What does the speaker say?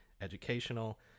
educational